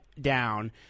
down